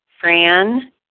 Fran